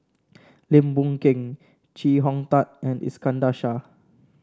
Lim Boon Keng Chee Hong Tat and Iskandar Shah